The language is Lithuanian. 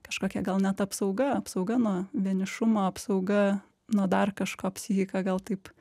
kažkokia gal net apsauga apsauga nuo vienišumo apsauga nuo dar kažko psichika gal taip